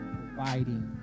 providing